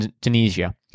Tunisia